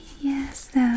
yes